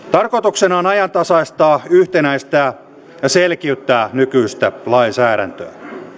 tarkoituksena on ajantasaistaa yhtenäistää ja selkiyttää nykyistä lainsäädäntöä